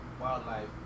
wildlife